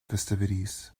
festivities